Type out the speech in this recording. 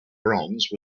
bronze